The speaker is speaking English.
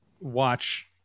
watch